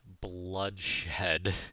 bloodshed